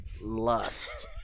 Lust